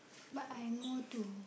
but I more to